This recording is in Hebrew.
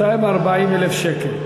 240,000 שקל.